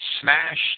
smashed